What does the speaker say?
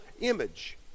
image